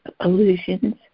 illusions